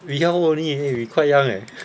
we how old only we quite young leh